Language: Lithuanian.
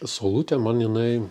saulutė man jinai